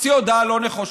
הוציא הודעה לא נכונה,